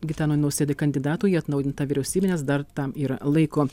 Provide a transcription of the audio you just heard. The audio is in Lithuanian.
gitanui nausėdai kandidatų į atnaujintą vyriausybę nes dar tam yra laiko